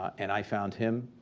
and i found him,